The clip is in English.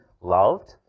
loved